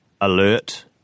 Alert